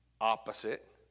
opposite